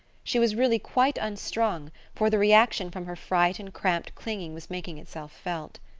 she was really quite unstrung, for the reaction from her fright and cramped clinging was making itself felt.